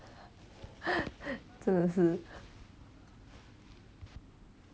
真的是